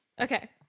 okay